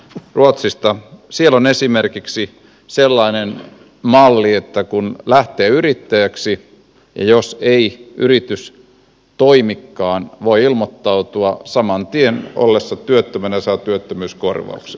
siellä on esimerkiksi sellainen malli että kun lähtee yrittäjäksi ja jos yritys ei toimikaan voi ilmoittautua saman tien ja työttömänä ollessa saa työttömyyskorvauksia